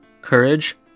courage